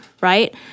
right